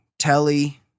Telly